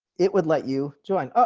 it would let you join. oh,